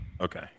Okay